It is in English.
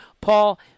Paul